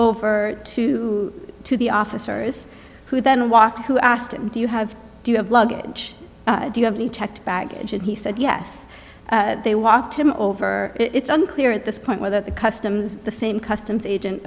over to the officers who then walked who asked him do you have do you have luggage do you have the checked baggage and he said yes they walked him over it's unclear at this point whether the customs the same customs agent